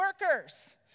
workers